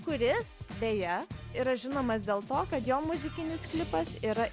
kuris beje yra žinomas dėl to kad jo muzikinis klipas yra